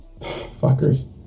fuckers